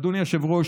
אדוני היושב-ראש,